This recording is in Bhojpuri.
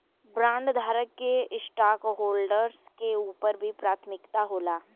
बॉन्डधारक के स्टॉकहोल्डर्स के ऊपर भी प्राथमिकता होला